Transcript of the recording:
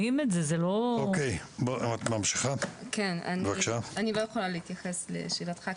אני לא יכולה להתייחס לשאלתך,